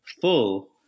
full